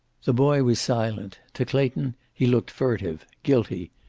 the boy was silent. to clayton he looked furtive, guilty.